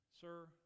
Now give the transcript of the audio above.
sir